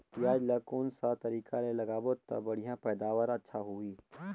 पियाज ला कोन सा तरीका ले लगाबो ता बढ़िया पैदावार अच्छा होही?